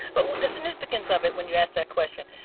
but the significance of it, when you asked that question,